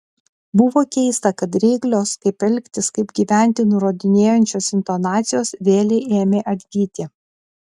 buvo keista kad reiklios kaip elgtis kaip gyventi nurodinėjančios intonacijos vėlei ėmė atgyti